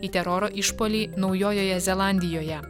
į teroro išpuolį naujojoje zelandijoje